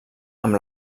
amb